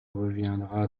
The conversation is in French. reviendra